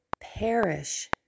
perish